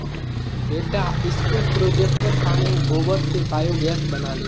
बेटा स्कूल प्रोजेक्टेर तने गोबर स बायोगैस बना ले